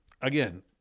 again